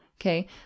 Okay